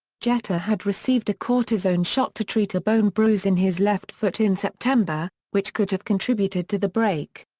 jeter had received a cortisone shot to treat a bone bruise in his left foot in september, which could have contributed to the break.